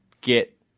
get